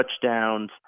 touchdowns